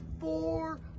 four